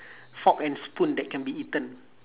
fork and spoon that can be eaten